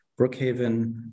Brookhaven